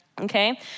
Okay